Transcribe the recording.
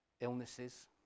illnesses